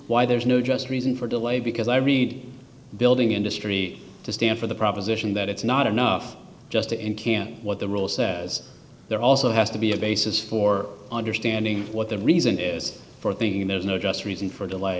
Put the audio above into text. why there's no just reason for delay because i read building industry to stand for the proposition that it's not enough just to end can't what the rule says there also has to be a basis for understanding what the reason is for thinking there's no just reason for